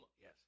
Yes